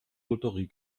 lotterie